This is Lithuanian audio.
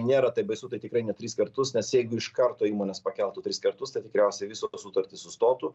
nėra taip baisu tai tikrai ne tris kartus nes jeigu iš karto įmonės pakeltų tris kartus tai tikriausiai visos sutartys sustotų